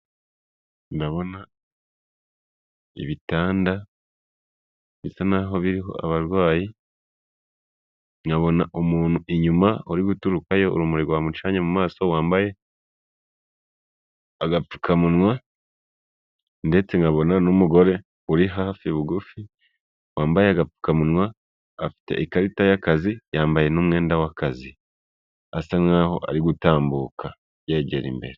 Ndabona ibitanda bisa naho biriho abarwayi nkabona umuntu inyuma uri guturukayo urumuri rwamucanye mu maso wambaye agapfukamunwa ndetse nkabona n'umugore uri hafi bugufi wambaye agapfukamunwa afite ikarita y'akazi yambaye n'umwenda w'akazi asa nkaho ari gutambuka yegera imbere.